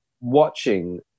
watching